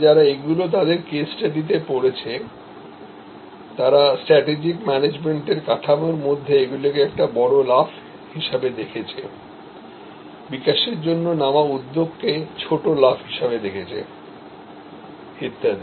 যারা এদের কথা কেস স্টাডিতে পড়েছে তারা স্ট্র্যাটেজিক ম্যানেজমেন্টের কাঠামোর মধ্যে এগুলোকে একটা বড় পদক্ষেপ হিসেবে দেখেছে বিকাশের জন্য নেওয়া উদ্যোগকে ছোট পদক্ষেপ হিসাবে দেখেছে ইত্যাদি